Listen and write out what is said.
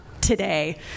today